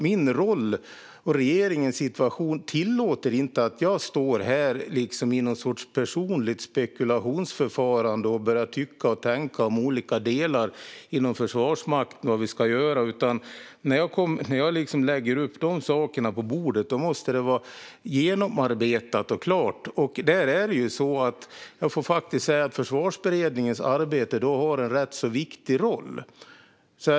Min och regeringens roll tillåter inte att jag står här och spekulerar personligen och börjar tycka och tänka om vad vi ska göra när det gäller olika delar av Försvarsmakten. När jag lägger upp de sakerna på bordet måste det vara genomarbetat och klart. Försvarsberedningens arbete har där en viktig roll.